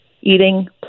eating